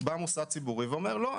בא מוסד ציבורי ואומר: לא,